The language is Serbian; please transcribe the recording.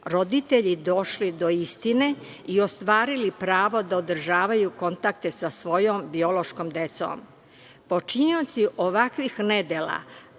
roditelji došli do istine i ostvarili prava da održavaju kontakte sa svojom biološkom decom. Počinioci ovakvih nedela,